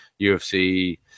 UFC